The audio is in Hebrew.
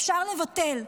אפשר לבטל,